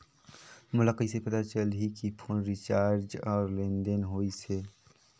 मोला कइसे पता चलही की फोन रिचार्ज और लेनदेन होइस हे?